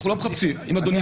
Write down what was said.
אנחנו לא מחפשים אף אחד,